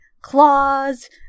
claws